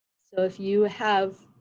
so if you have